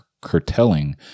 curtailing